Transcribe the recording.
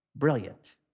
Brilliant